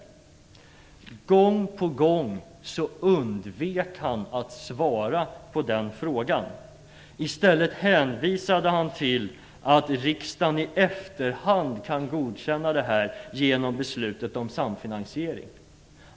Gång på gång undvek han att svara på den frågan. I stället hänvisade han till att riksdagen i efterhand kan godkänna detta genom beslutet om samfinansiering.